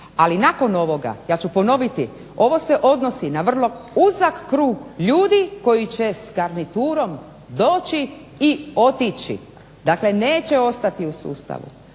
ali nakon ovoga ja ću ponoviti, ovo se odnosi na vrlo uzak krug ljudi koji će s garniturom otići dakle neće ostati u sustavu,